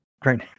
Great